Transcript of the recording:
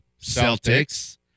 Celtics